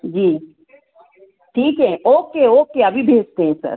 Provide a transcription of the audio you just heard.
जी ठीक है okay okay अभी भेजते हें सर